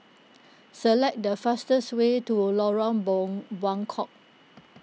select the fastest way to Lorong boom Buangkok